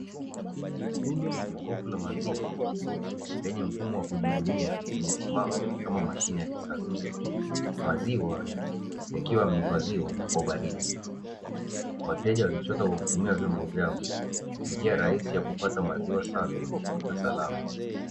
Jokofu la maziwa lenye mfumo wa kujihudumia limesimama kama mashine ya kisasa maziwa yakiwa yamehifadhiwa kwa ubaridi, wateja wakichota kwa kutumia vyombo vyao njia rahisi ya kupata maziwa safi na salama.